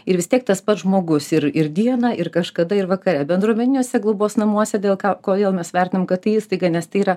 ir vis tiek tas pats žmogus ir ir dieną ir kažkada ir vakare bendruomeniniuose globos namuose dėl ką kodėl mes vertinam kad tai įstaiga nes tai yra